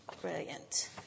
Brilliant